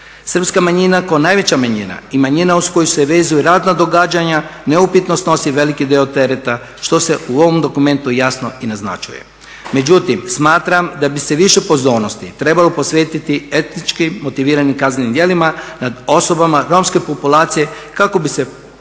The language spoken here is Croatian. Srpska manjina kao najveća manjina i manjina uz koju se vezuju ratna događanja neupitno snosi veliki dio tereta što se u ovom dokumentu jasno i naznačuje. Međutim smatram da bi se više pozornosti trebalo posvetiti etničkim motiviranim kaznenim djelima nad osobama romske populacije kako bi se poslala